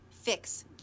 fix